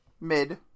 Mid